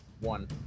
one